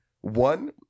one